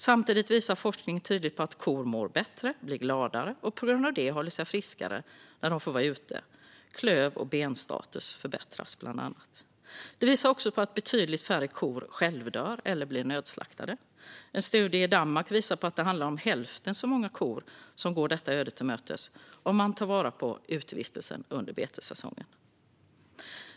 Samtidigt visar forskning tydligt på att kor mår bättre och blir gladare och på grund av det håller sig friskare när de får vara ute. Bland annat förbättras klöv och benstatus. Forskning visar också att betydligt färre kor självdör eller blir nödslaktade. En studie i Danmark visar att det handlar om hälften så många kor som går detta öde till mötes om man tar vara på utevistelsen under betessäsongen.